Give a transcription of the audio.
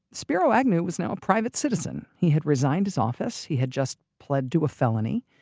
spiro agnew was now a private citizen. he had resigned his office, he had just pled to a felony.